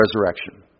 resurrection